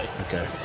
Okay